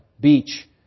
beach